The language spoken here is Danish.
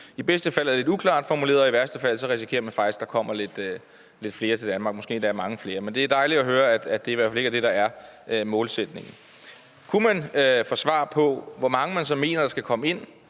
i bedste fald er lidt uklart formuleret, og i værste fald risikerer man faktisk, at der kommer lidt flere til Danmark, måske endda mange flere. Men det er dejligt at høre, at det i hvert fald ikke er det, der er målsætningen. Kunne vi få svar på, hvor mange man så mener der skal komme ind?